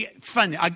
funny